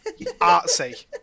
artsy